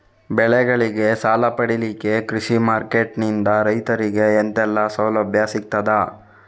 ಬೆಳೆಗಳಿಗೆ ಸಾಲ ಪಡಿಲಿಕ್ಕೆ ಕೃಷಿ ಮಾರ್ಕೆಟ್ ನಿಂದ ರೈತರಿಗೆ ಎಂತೆಲ್ಲ ಸೌಲಭ್ಯ ಸಿಗ್ತದ?